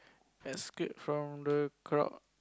escape from the crowd